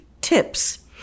tips